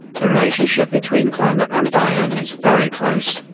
the relationship between climate and biome is very close,